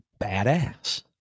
badass